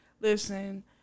Listen